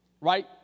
right